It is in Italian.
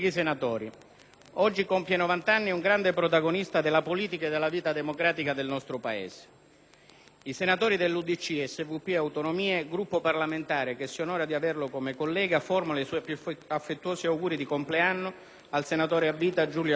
oggi compie novant'anni un grande protagonista della politica e della vita democratica del nostro Paese. I senatori dell'UDC, SVP e Autonomie, Gruppo parlamentare che si onora di averlo come collega, formulano i più affettuosi auguri di compleanno al senatore a vita Giulio Andreotti.